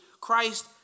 Christ